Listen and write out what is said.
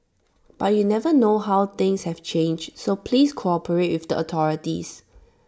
but you never know how things have changed so please cooperate with the authorities